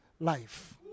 life